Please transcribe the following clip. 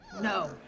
No